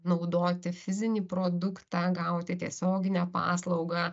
naudoti fizinį produktą gauti tiesioginę paslaugą